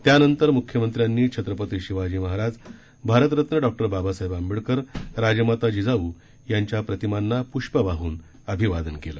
त्यानंतर मुख्यमंत्र्यांनी छत्रपती शिवाजी महाराज भारतरत्न डॉ बाबासाहेब आंबेडकर राजमाता जिजाऊ यांच्या प्रतिमांना पृष्प वाहून अभिवादन केलं